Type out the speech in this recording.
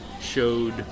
showed